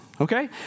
Okay